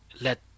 Let